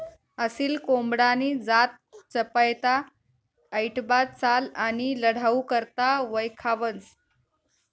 असील कोंबडानी जात चपयता, ऐटबाज चाल आणि लढाऊ करता वयखावंस